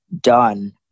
done